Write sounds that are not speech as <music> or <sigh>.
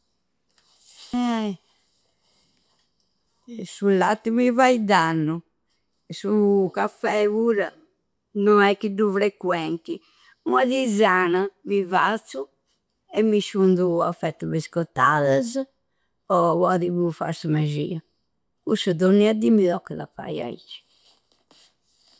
Eh <hesitation> su latti mi fai dannu, su caffè pura no è chi du frequenti. Ua tisana mi fazzu e mi sciudu ua fetta biscottadasa po podi buffai su megia. Cussu dogna dì mi toccada fai aicci.